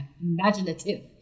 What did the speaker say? imaginative